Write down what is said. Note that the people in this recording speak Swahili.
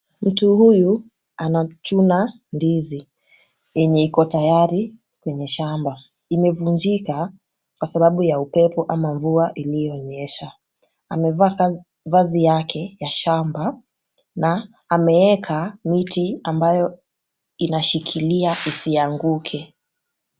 Mtu huyu anachuna ndizi yenye iko tayari kwenye shamba. Imevunjika kwa sababu ya upepo ama mvua iliyonyesha. Amevaa vazi yake ya shamba na ameeka miti ambayo inashikilia isianguke.